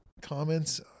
comments